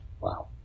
wow